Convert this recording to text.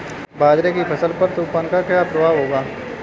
बाजरे की फसल पर तूफान का क्या प्रभाव होगा?